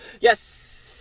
Yes